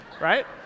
right